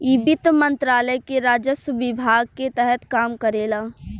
इ वित्त मंत्रालय के राजस्व विभाग के तहत काम करेला